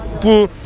pour